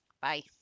Bye